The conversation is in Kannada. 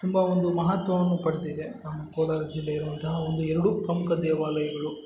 ತುಂಬ ಒಂದು ಮಹತ್ವವನ್ನು ಪಡೆದಿದೆ ನಮ್ಮ ಕೋಲಾರ ಜಿಲ್ಲೆ ಇರುವಂಥ ಒಂದು ಎರಡು ಪ್ರಮುಖ ದೇವಾಲಯಗಳು